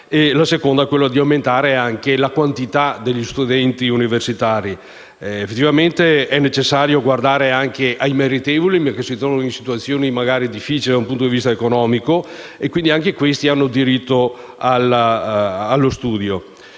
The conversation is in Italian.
della ricerca e aumentare la quantità degli studenti universitari. Effettivamente è necessario guardare anche ai meritevoli, che magari si trovano in situazioni difficili dal punto di vista economico: anche questi hanno diritto allo studio.